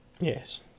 Yes